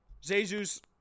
Jesus